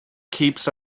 keeps